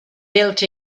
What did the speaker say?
built